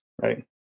right